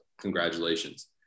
congratulations